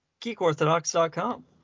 GeekOrthodox.com